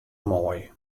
moai